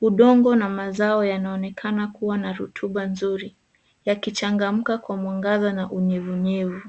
Udongo na mazao yanaonekana kuwa na rutuba nzuri, yakichangamka kwa mwangaza na unyevunyevu.